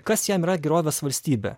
kas jam yra gerovės valstybė